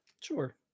Sure